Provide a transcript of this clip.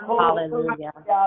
hallelujah